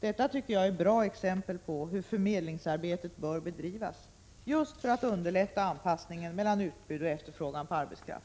Detta tycker jag är bra exempel på hur förmedlingsarbetet bör bedrivas, just för att underlätta anpassningen mellan utbud och efterfrågan på arbetskraft.